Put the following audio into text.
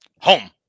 Home